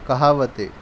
کہاوتیں